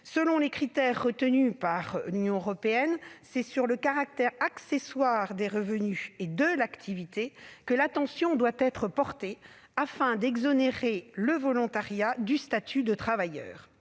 Selon les critères retenus par l'Union européenne, c'est sur le caractère accessoire des revenus et de l'activité que l'attention doit être portée afin d'exonérer le volontariat du statut de travailleur.